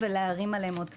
ולהערים עליהם עוד קנסות.